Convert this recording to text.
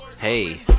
Hey